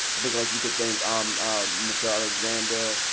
i think like we could thank um michelle alexander,